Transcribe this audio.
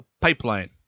PIPELINE